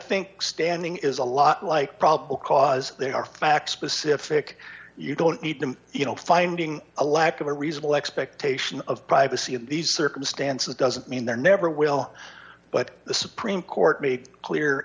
think standing is a lot like probable cause there are facts specific you don't need to you know finding a lack of a reasonable expectation of privacy in these circumstances doesn't mean there never will but the supreme court made clear